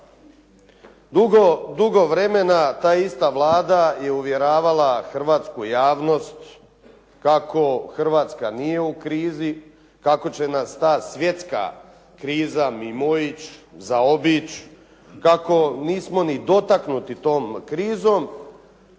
Dugo vremena ta ista Vlada je uvjeravala hrvatsku javnost kako Hrvatska nije u krizi, kako će nas ta svjetska kriza mimoići, zaobići, kako nismo ni dotaknuti tom krizu